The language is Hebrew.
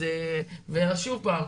שוב פעם.